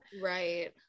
Right